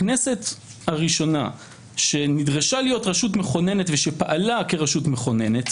הכנסת הראשונה שנדרשה להיות רשות מכוננת ושפעלה כרשות מכוננת,